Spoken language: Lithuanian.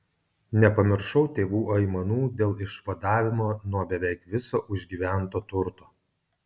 nepamiršau tėvų aimanų dėl išvadavimo nuo beveik viso užgyvento turto